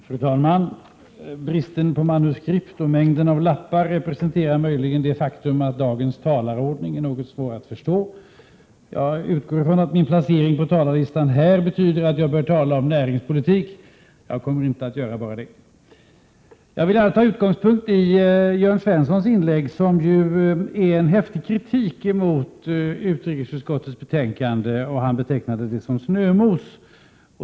Prot. 1987/88:114 Fru talman! Bristen på manuskript och mängden av lappar representerar = 4 maj 1988 möjligen det faktum att dagens talarordning är något svår att förstå. Jag utgår från att min placering på talarlistan betyder att jag bör tala om näringspolitik. Sverige och den väst Jag kommer inte att göra bara det. europeiska integra Jag vill som utgångspunkt ta Jörn Svenssons inlägg, som var en häftig kritik — ffOnen mot utrikesutskottets betänkande. Han betecknade det som snömos.